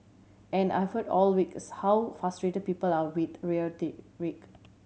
all I heard all week is how frustrate people are with rhetoric